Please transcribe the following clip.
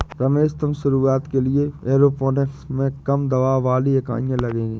रमेश तुम्हें शुरुआत के लिए एरोपोनिक्स में कम दबाव वाली इकाइयां लगेगी